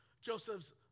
Joseph's